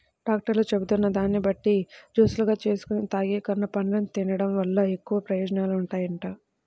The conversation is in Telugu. డాక్టర్లు చెబుతున్న దాన్ని బట్టి జూసులుగా జేసుకొని తాగేకన్నా, పండ్లను తిన్డం వల్ల ఎక్కువ ప్రయోజనాలుంటాయంట